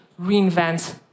reinvent